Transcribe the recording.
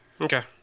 Okay